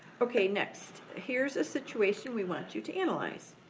okay, next. here's a situation we want you to analyze.